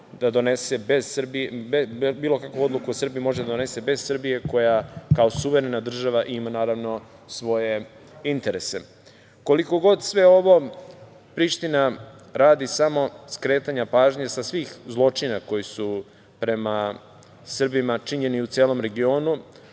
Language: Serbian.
Valjda misli da bilo kakvu odluku o Srbiji može da donese bez Srbije koja kao suverena država ima, naravno, svoje interese. Koliko god sve ovo Priština radi samo radi skretanja pažnje sa svih zločina koji su prema Srbima činjeni u celom regionu,